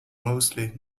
mostly